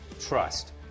trust